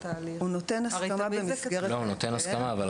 אחר ללוות את הנער בכל תקופת ההעסקה.